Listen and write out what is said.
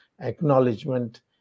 acknowledgement